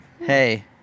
hey